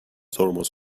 ترمز